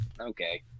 okay